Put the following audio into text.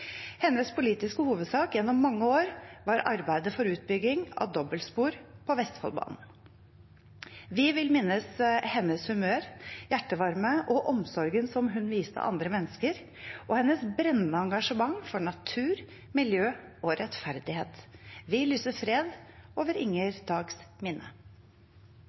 Hennes politiske hovedsak gjennom mange år var arbeidet for utbygging av dobbeltspor på Vestfoldbanen. Vi vil minnes hennes humør og hjertevarme, omsorgen hun viste andre mennesker, og hennes brennende engasjement for natur, miljø og rettferdighet. Vi lyser fred over Inger Dags minne.